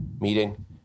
meeting